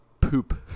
poop